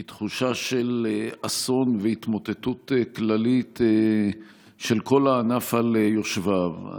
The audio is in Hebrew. היא תחושה של אסון והתמוטטות כללית של כל הענף על יושביו,